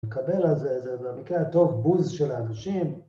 מקבל על זה איזה, במקרה הטוב, בוז של האנשים.